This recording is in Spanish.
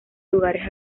lugares